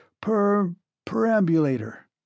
per-perambulator